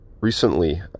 recently